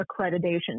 accreditation